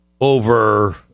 over